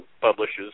publishes